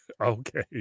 Okay